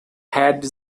had